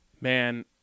man